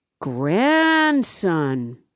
grandson